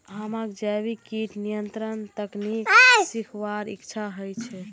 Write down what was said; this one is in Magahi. हमाक जैविक कीट नियंत्रण तकनीक सीखवार इच्छा छ